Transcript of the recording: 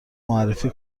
معرفی